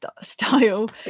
style